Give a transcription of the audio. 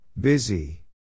Busy